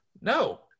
No